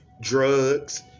Drugs